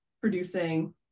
producing